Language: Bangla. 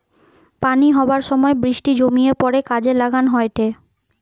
পানি হবার সময় বৃষ্টি জমিয়ে পড়ে কাজে লাগান হয়টে